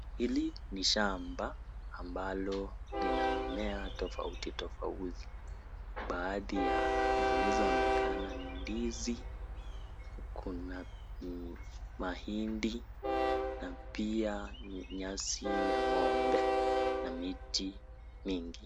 Hili ni shamba ambalo lina mimea tofauti tofauti. Baadhi ya zilizoonekana ni ndizi, kuna mahindi, na pia nyasi ya ng'ombe na miti mingi.